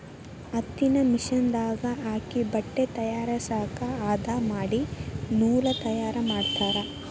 ಹತ್ತಿನ ಮಿಷನ್ ದಾಗ ಹಾಕಿ ಬಟ್ಟೆ ತಯಾರಸಾಕ ಹದಾ ಮಾಡಿ ನೂಲ ತಯಾರ ಮಾಡ್ತಾರ